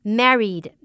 married